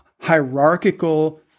hierarchical